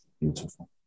Beautiful